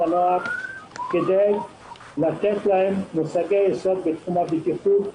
הנוער כדי לתת להם מושגי יסוד בתחום הבטיחות.